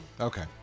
Okay